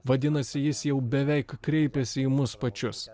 vadinasi jis jau beveik kreipėsi į mus pačius